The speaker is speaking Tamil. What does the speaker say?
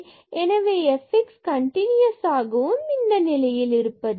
எனவே fx கண்டினியூசாகவும் இந்த நிலையில் இருப்பது இல்லை